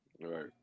Right